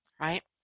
right